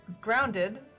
grounded